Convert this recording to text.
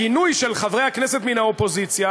הגינוי של חברי הכנסת מהאופוזיציה